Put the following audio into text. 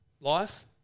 life